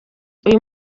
uyu